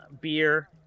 beer